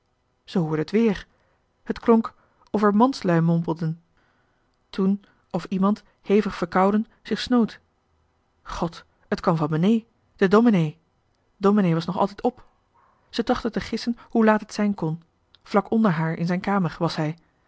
het weer het klonk of er manslui mompelden toen of iemand hevig verkouden zich snoot god het kwam van beneê de domenee domenee was nog altijd op zij trachtte te gissen hoe laat het zijn kon vlak onder haar in zijn kamer was hij